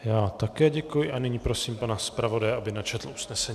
Já také děkuji a nyní prosím pana zpravodaje, aby načetl usnesení.